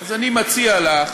אז אני מציע לך,